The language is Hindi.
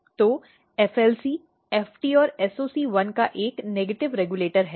तो FLC FT और SOC1 का एक नकारात्मक रिग्यलेटर है